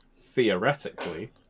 theoretically